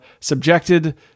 subjected